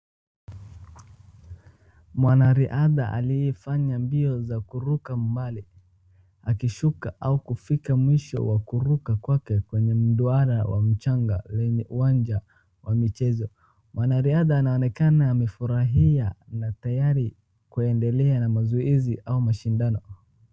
Mwanariadha aliyefanya mbio za kuruka mbali, akishuka au kufika mwisho wa kuruka kwake kwenye mduara wa mchanga lenye uwanja wa michezo. Mwanariadha anaonekana amefurahia na tayari kuendelea na mazoezi au mashindano.